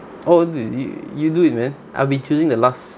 oh d~ y~ you do it man I'll be choosing the last